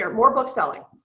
ah more book selling.